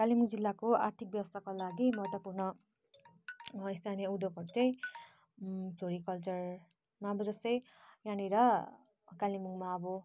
कालिम्पोङ जिल्लाको आर्थिक व्यवस्थाको लागि महत्त्वपूर्ण स्थानीय उद्योगहरू चाहिँ फ्लोरिकल्चरमा अब जस्तै यहाँनिर कालिम्पोङमा अब